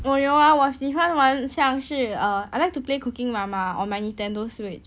我有 ah 我喜欢玩像是 err I like to play cooking mama or my Nintendo switch